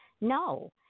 no